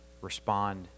respond